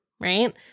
right